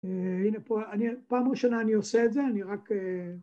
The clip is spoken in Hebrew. הנה פה, פעם ראשונה אני עושה את זה, אני רק...